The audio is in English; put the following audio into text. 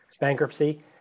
bankruptcy